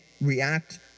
react